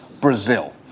Brazil